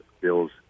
bills